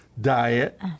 diet